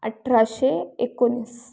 अठराशे एकोणीस